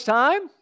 time